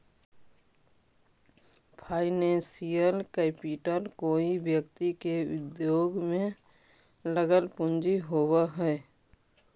financial capital कोई व्यक्ति के उद्योग में लगल पूंजी होवऽ हई